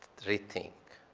rethink.